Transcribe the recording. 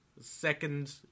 second